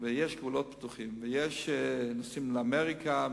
ויש גבולות פתוחים ויש נוסעים לאמריקה,